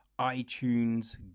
iTunes